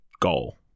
goal